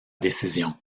décision